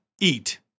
eat